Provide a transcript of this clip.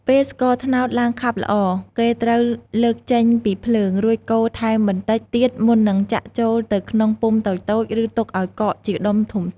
ពេលស្ករត្នោតឡើងខាប់ល្អ គេត្រូវលើកចេញពីភ្លើង រួចកូរថែមបន្តិចទៀតមុននឹងចាក់ចូលទៅក្នុងពុម្ពតូចៗ ឬទុកឲ្យកកជាដុំធំ។